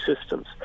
systems